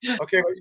okay